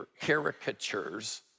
caricatures